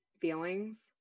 feelings